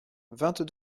vingt